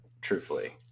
truthfully